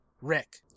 Rick